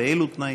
באילו תנאים.